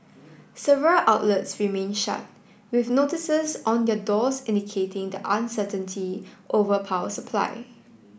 several outlets remained shut with notices on their doors indicating the uncertainty over power supply